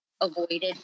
avoided